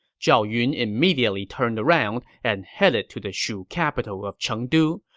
zhao yun immediately turned around and headed to the shu capital of chengdu,